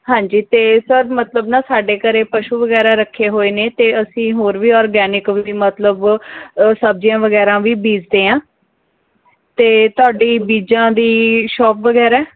ਹਾਂਜੀ ਅਤੇ ਸਰ ਮਤਲਬ ਨਾ ਸਾਡੇ ਘਰ ਪਸ਼ੂ ਵਗੈਰਾ ਰੱਖੇ ਹੋਏ ਨੇ ਅਤੇ ਅਸੀਂ ਹੋਰ ਵੀ ਔਰਗੈਨਿਕ ਵੀ ਮਤਲਬ ਸਬਜ਼ੀਆਂ ਵਗੈਰਾ ਵੀ ਬੀਜ਼ਦੇ ਹਾਂ ਅਤੇ ਤੁਹਾਡੀ ਬੀਜ਼ਾਂ ਦੀ ਸ਼ੋਪ ਵਗੈਰਾ